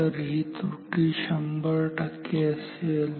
तर ही त्रुटी 100 असेल